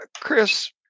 Chris